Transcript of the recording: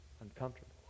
Uncomfortable